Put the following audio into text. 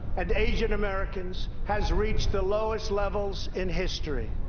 and asian-americans has reached the lowest levels in history.